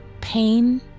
pain